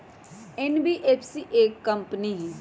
NBFC एक company हई?